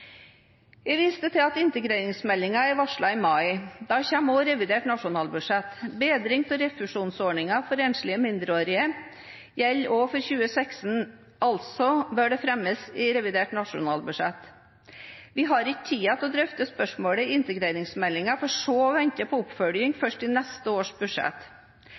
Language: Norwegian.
Jeg viste til at integreringsmeldingen er varslet til mai. Da kommer også revidert nasjonalbudsjett. Bedring av refusjonsordningen for enslige mindreårige gjelder også for 2016, altså bør det fremmes i revidert nasjonalbudsjett – vi har ikke tid til å drøfte spørsmålet i integreringsmeldingen for så å vente på oppfølging først i neste års budsjett.